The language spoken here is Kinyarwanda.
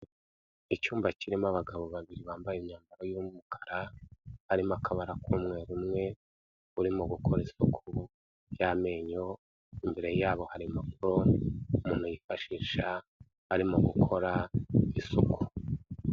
Icyumba kirimo abagabo babiri bambaye imyambaro y'umukara harimo akabara k'umweru, umwe urimo gukora isuku y'amenyo imbere yabo harimo impapuro umuntu yifashisha arimo gukora isuku.